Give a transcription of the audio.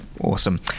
Awesome